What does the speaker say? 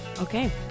Okay